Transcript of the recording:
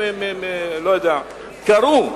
קרו,